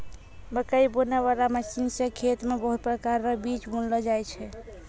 मकैइ बुनै बाला मशीन से खेत मे बहुत प्रकार रो बीज बुनलो जाय छै